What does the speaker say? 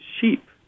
sheep